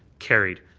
carried.